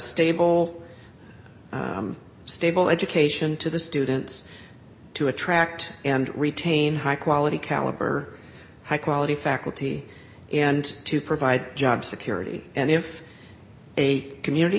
stable stable education to the students to attract and retain high quality caliber high quality faculty and to provide job security and if a community